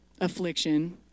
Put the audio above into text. affliction